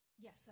Yes